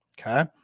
Okay